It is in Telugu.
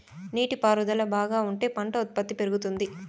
నీటి పారుదల బాగా ఉంటే పంట ఉత్పత్తి పెరుగుతుంది